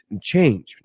change